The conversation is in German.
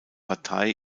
partei